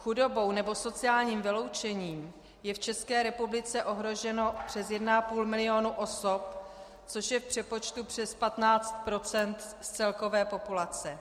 Chudobou nebo sociálním vyloučením je v České republice ohroženo přes 1,5 milionu osob, což je v přepočtu přes 15 % z celkové populace.